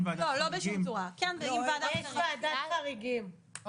אין ועדת חריגים?